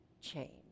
change